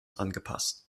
angepasst